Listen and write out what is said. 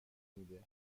میده